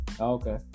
Okay